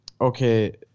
Okay